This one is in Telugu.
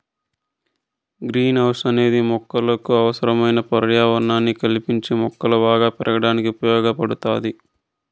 గ్రీన్ హౌస్ అనేది మొక్కలకు అవసరమైన పర్యావరణాన్ని కల్పించి మొక్కలు బాగా పెరగడానికి ఉపయోగ పడుతాది